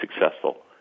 successful